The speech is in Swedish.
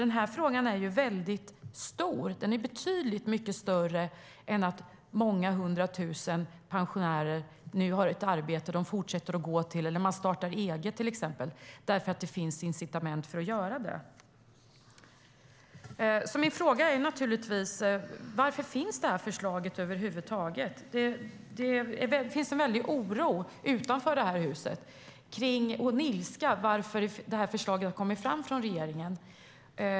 Den här frågan är väldigt stor. Den är betydligt mycket större än att många hundra tusen pensionärer nu har ett arbete som de fortsätter att gå till eller startar eget, till exempel, eftersom det finns incitament för att göra det. Min fråga är naturligtvis: Varför finns det här förslaget över huvud taget? Det finns en stor oro och ilska utanför det här huset kring varför det här förslaget har kommit från regeringen.